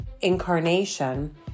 incarnation